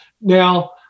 Now